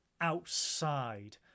Outside